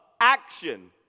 action